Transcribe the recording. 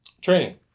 training